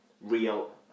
real